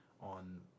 on